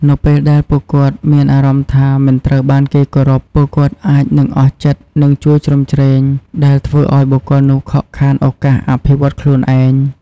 នៅពេលដែលពួកគាត់មានអារម្មណ៍ថាមិនត្រូវបានគេគោរព ពួកគាត់អាចនឹងអស់ចិត្តនឹងជួយជ្រោមជ្រែង ដែលធ្វើឲ្យបុគ្គលនោះខកខានឱកាសអភិវឌ្ឍន៍ខ្លួនឯង។